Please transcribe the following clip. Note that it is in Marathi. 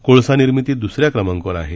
कोळसा निर्मितीत दुसऱ्या क्रमांकावर आहे